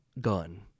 gun